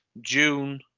June